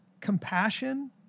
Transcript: compassion